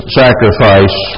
sacrifice